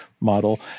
model